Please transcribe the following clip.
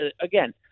again